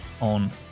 on